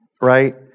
right